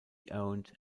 owned